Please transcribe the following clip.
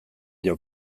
dio